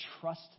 trust